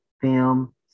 film